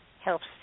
helps